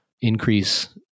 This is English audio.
increase